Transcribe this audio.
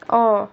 orh